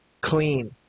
clean